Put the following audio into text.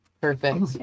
Perfect